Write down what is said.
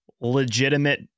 legitimate